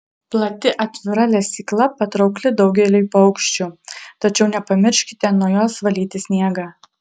plati atvira lesykla patraukli daugeliui paukščių tačiau nepamirškite nuo jos valyti sniegą